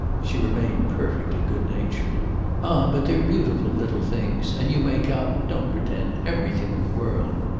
she remained perfectly good-natured. ah but they're beautiful little things, and you make out don't pretend everything in the world.